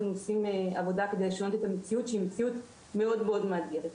עושים עבודה כדי לשנות את המציאות כי המציאות מאוד מאתגרת.